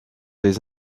des